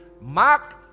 Mark